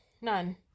None